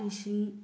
ꯂꯤꯁꯤꯡ